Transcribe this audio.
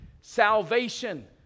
Salvation